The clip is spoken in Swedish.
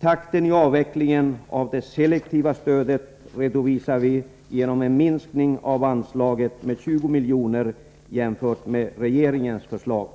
Takten i avvecklingen av det selektiva stödet redovisar vi genom en minskning av anslaget med 20 milj.kr. jämfört med regeringens förslag.